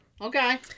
Okay